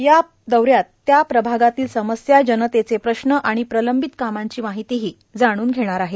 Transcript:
या दौऱ्यात प्रभागातील समस्या जनतेचे प्रश्न आणि प्रलंबित कामांची माहिती जाणून घेणार आहेत